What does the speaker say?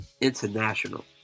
International